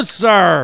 sir